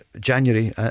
January